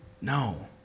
No